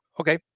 Okay